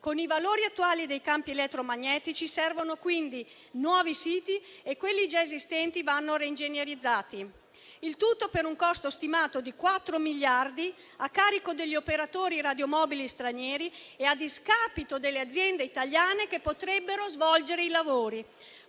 Con i valori attuali dei campi elettromagnetici servono quindi nuovi siti e quelli già esistenti vanno reingegnerizzati, il tutto per un costo stimato di 4 miliardi, a carico degli operatori radiomobili stranieri e a discapito delle aziende italiane, che potrebbero svolgere i lavori.